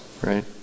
Right